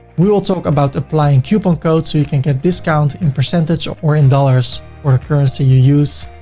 we will talk about applying coupon codes so you can get discounts in percentage or or in dollars or a currency you use.